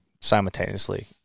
simultaneously